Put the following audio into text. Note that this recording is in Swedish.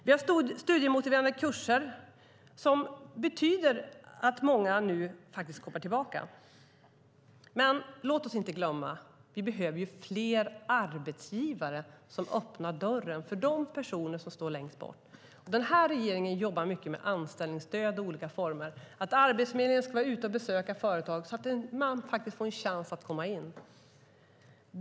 Vi har studiemotiverande kurser som betyder att många nu kommer tillbaka. Men låt oss inte glömma att vi behöver fler arbetsgivare som öppnar dörren för de personer som står längst bort. Den här regeringen jobbar mycket med anställningsstöd i olika former. Arbetsförmedlingen ska vara ute och besöka företag så att dessa personer får en chans att komma in.